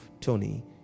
tony